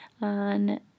on